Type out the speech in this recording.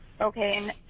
Okay